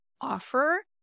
offer